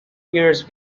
years